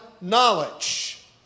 knowledge